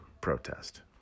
protest